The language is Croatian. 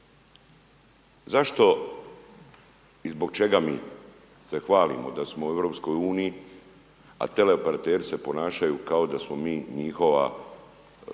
Zašto i zbog čega mi se h valimo da smo u EU, a teleoperateri se ponašaju kao da smo mi njihova